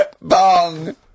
Bong